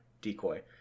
Decoy